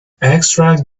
extract